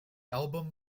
album